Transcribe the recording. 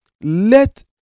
let